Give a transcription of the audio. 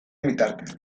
bitartez